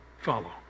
follow